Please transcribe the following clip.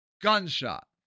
gunshot